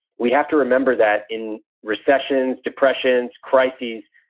we have to remember that in recessions, depressions, crises,